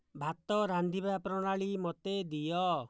ଭାତ ରାନ୍ଧିବା ପ୍ରଣାଳୀ ମୋତେ ଦିଅ